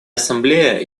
ассамблея